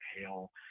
hail